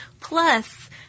plus